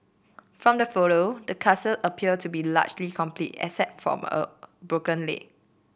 from the photo the appeared to be largely complete except from a broken